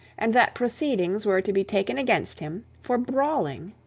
and that proceedings were to be taken against him for brawling.